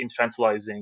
infantilizing